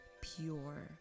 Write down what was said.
pure